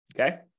Okay